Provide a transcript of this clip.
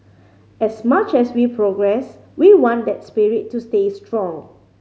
as much as we progress we want that spirit to stay strong